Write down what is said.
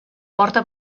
porta